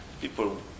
people